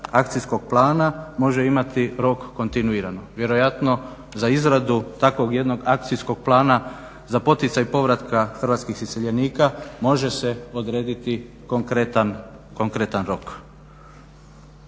akcijskog plana može imati rok kontinuirano, vjerojatno za izradu takvog jednog akcijskog plana za poticaj povratka Hrvatskih iseljenika može se odrediti konkretan rok.